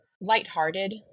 lighthearted